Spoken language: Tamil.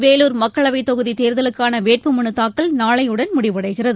வேலூர் மக்களவை தொகுதி தேர்தலுக்கான வேட்பு மனு தாக்கல் நாளையுடன் முடிவடைகிறது